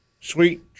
Sweet